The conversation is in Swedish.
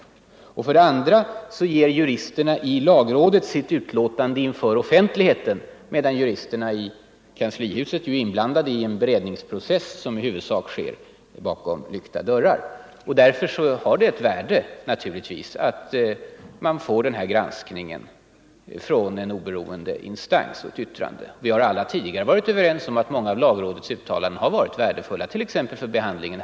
För det andra avger juristerna i lagrådet sitt utlåtande inför offentligheten, medan juristerna i kanslihuset är inblandade i en beredningsprocess som i huvudsak sker bakom lyckta dörrar. Därför har det naturligtvis ett värde att få en granskning och ett yttrande från en oberoende instans. Vi har alla tidigare varit överens om att många av lagrådets uttalanden varit värdefulla, inte minst för riksdagsbehandlingen.